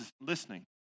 listening